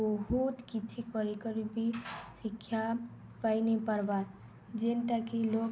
ବହୁତ କିଛି କରିିକରି ବିି ଶିକ୍ଷା ପାଇନ ପାର୍ବାର୍ ଯେନ୍ଟାକି ଲ